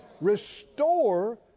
Restore